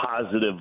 positive